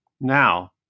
Now